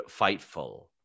Fightful